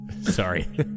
Sorry